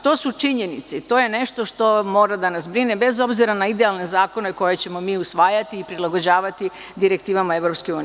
To su činjenice i to je nešto što mora da nas brine, bez obzira na idealne zakone koje ćemo mi usvajati i prilagođavati direktivama EU.